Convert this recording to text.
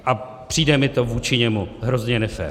A přijde mi to vůči němu hrozně nefér.